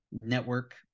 network